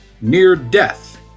near-death